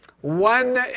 One